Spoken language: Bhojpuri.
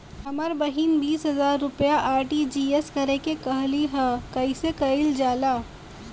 हमर बहिन बीस हजार रुपया आर.टी.जी.एस करे के कहली ह कईसे कईल जाला?